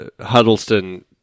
Huddleston